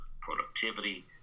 productivity